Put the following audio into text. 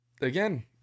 again